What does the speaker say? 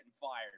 fired